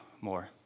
more